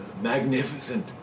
magnificent